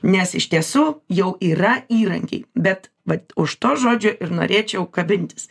nes iš tiesų jau yra įrankiai bet vat už to žodžio ir norėčiau kabintis